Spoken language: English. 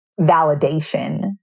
validation